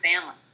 family